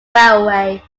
railway